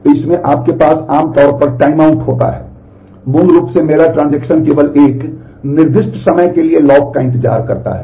तो इसमें आपके पास आमतौर पर टाइमआउट होता है मूल रूप से मेरा ट्रांजेक्शन केवल एक निर्दिष्ट समय के लिए लॉक का इंतजार करता है